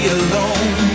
alone